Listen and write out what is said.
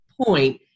point